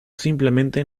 simplemente